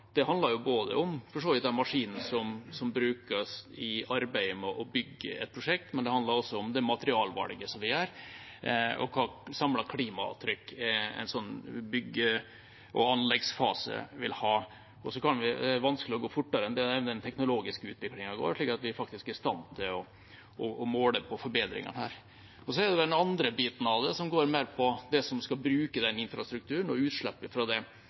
Det handler for så vidt både om maskinene som brukes i arbeidet med å bygge et prosjekt, og også om materialvalget vi gjør. Det handler om hvilket samlet klimaavtrykk en slik bygge- og anleggsfase vil ha. Det er vanskelig å gå fortere enn det den teknologiske utviklingen går, slik at vi faktisk er i stand til å måle på forbedringene der. Så er det den andre biten av det, som går mer på det som skal bruke den infrastrukturen, og utslippene fra det.